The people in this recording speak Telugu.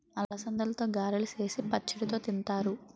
అలసందలతో గారెలు సేసి పచ్చడితో తింతారు